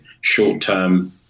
short-term